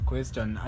question